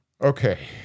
Okay